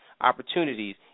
opportunities